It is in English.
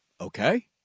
okay